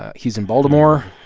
ah he's in baltimore.